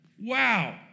Wow